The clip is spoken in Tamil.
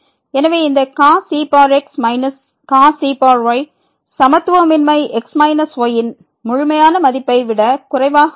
எனவே இந்த cos ex cos ey சமத்துவமின்மை x y யின் முழுமையான மதிப்பை விட குறைவாக உள்ளது